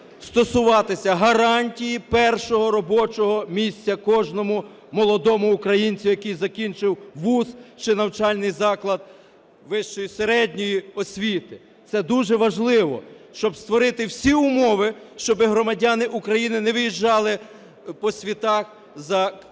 стосуватися гарантій першого робочого місця кожному молодому українцю, який закінчив вуз чи навчальний заклад вищої, середньої освіти. Це дуже важливо, щоб створити всі умови, щоб громадяни України не виїжджали по світах у пошуках